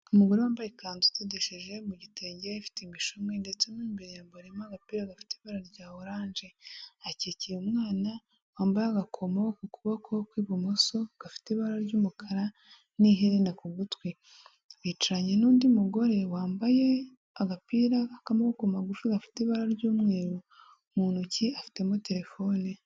Umugore wambaye ikanzu idodesheje mu gitenge, ifite imishumi ndetse mo imbere yambariyemo agapira gafite ibara rya oranje. Akikiye umwana wambaye agakomo ku kuboko kw'ibumoso, gafite ibara ry'umukara n'iherena ku gutwi. Yicaranye n'undi mugore wambaye agapira k'amaboko magufi gafite ibara ry'umweru, mu ntoki afitemo terefone.